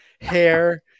hair